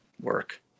work